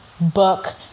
book